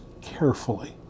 carefully